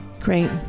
Great